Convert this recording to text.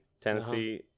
Tennessee